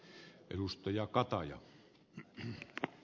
arvoisa puhemies